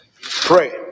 Pray